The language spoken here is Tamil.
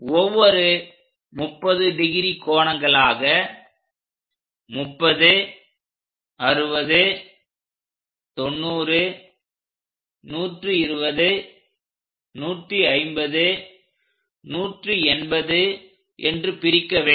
ஒவ்வொரு 30° கோணங்களாக 30 60 90 120 150 180 என்று பிரிக்க வேண்டும்